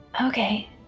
Okay